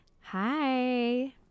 Hi